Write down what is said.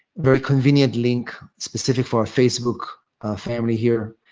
very convenient link specific for our facebook family here.